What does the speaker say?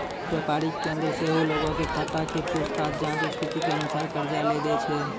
व्यापारिक केन्द्र सेहो लोगो के खाता के पूछताछ जांच स्थिति के अनुसार कर्जा लै दै छै